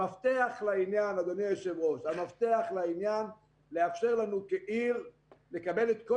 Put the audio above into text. המפתח לעניין הוא לאפשר לנו כעיר לקבל את כל